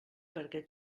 perquè